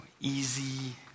easy